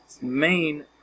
main